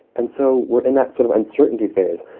and so we're in that sort of uncertainty phase.